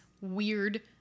Weird